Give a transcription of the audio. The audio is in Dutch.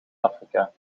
afrika